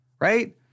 right